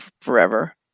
forever